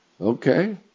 Okay